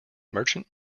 merchant